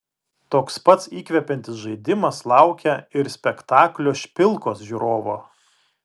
toks pats įkvepiantis žaidimas laukia ir spektaklio špilkos žiūrovo